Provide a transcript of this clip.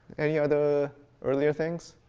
any other earlier things?